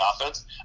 offense